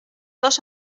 dos